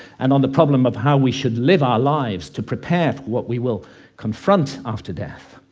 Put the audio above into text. and on the problem of how we should live our lives to prepare for what we will confront after death.